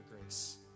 grace